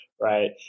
right